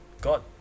God